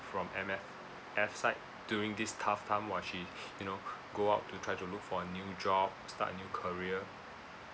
from M_S_F side during this tough time while she you know go out to try to look for a new job start a new career